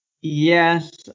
Yes